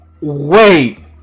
Wait